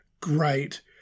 great